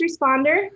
responder